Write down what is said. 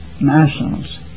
nationals